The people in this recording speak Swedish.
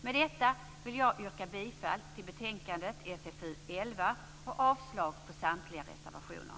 Med detta vill jag yrka bifall till utskottets hemställan i betänkandet SfU11 och avslag på samtliga reservationer.